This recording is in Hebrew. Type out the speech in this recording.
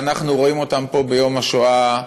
שאנחנו רואים אותם פה ביום השואה,